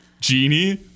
Genie